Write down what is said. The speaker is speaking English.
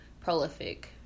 prolific